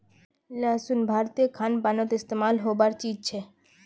लहसुन भारतीय खान पानोत इस्तेमाल होबार चीज छे